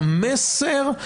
המסר,